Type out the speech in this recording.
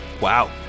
Wow